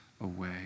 away